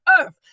earth